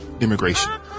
immigration